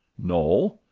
no.